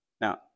Now